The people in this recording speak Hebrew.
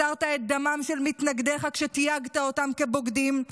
התרת את דמם של מתנגדיך כשתייגת אותם כבוגדים,